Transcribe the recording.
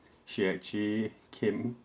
she actually came